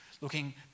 looking